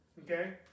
Okay